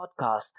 podcast